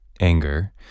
anger